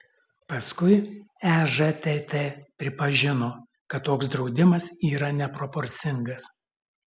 paskui ežtt pripažino kad toks draudimas yra neproporcingas